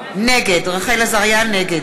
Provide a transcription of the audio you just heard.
נגד חמד עמאר, אינו נוכח